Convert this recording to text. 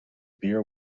beer